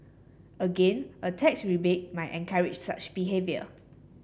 again a tax rebate might encourage such behaviour